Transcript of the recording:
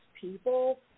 people